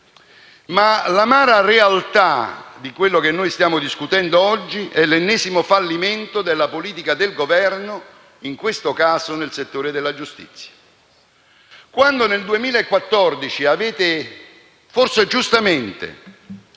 L'amara realtà di ciò che stiamo discutendo oggi è però l'ennesimo fallimento della politica del Governo, in questo caso nel settore della giustizia. Quando nel 2014, forse giustamente,